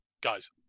guys